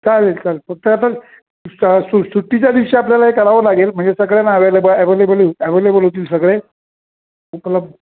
चालेल चालेल फक्त आता सु सुट्टीच्या दिवशी आपल्याला करावं लागेल म्हणजे सगळ्यांना अवेलेबल ॲवेलेबल अवेलेबल होतील सगळे मतलब